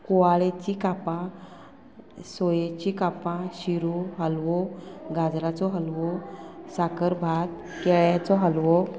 कुवाळेचीं कापां सोयेचीं कापां शिरो हलवो गाजराचो हलवो साकर भात केळ्याचो हलवो